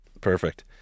Perfect